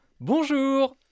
Bonjour